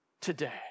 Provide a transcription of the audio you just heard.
today